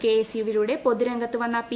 K S U വിലൂടെ പൊതുരംഗത്ത് വന്ന പി